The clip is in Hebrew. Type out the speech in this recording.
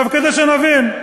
כדי שנבין,